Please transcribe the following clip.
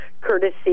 courtesy